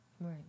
Right